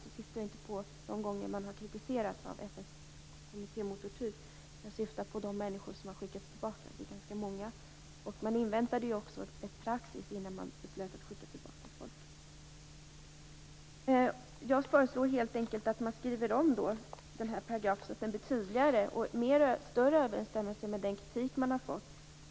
Jag syftade inte på de tillfällen när regeringen har kritiserats av FN:s kommitté mot tortyr utan på de människor som har skickats tillbaka. De är ganska många. Man inväntade också en praxis innan man beslöt att skicka tillbaka personer. Jag föreslår helt enkelt att man skriver om 4 kap. 3 § så att den blir tydligare och mer i överensstämmelse med den kritik som man har fått.